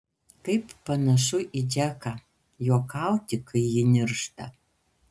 kaip panašu į džeką juokauti kai ji niršta